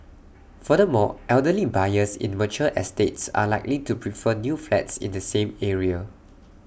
furthermore elderly buyers in mature estates are likely to prefer new flats in the same area